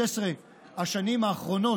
16 השנים האחרונות,